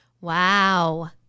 Wow